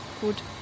gut